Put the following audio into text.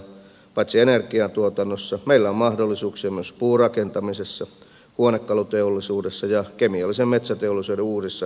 paitsi energiantuotannossa meillä on mahdollisuuksia myös puurakentamisessa huonekaluteollisuudessa ja kemiallisen metsäteollisuuden uusissa innovaatioissa